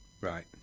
Right